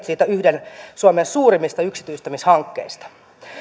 siitä yhden suomen suurimmista yksityistämishankkeista